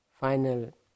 final